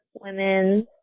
women